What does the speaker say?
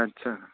आच्छा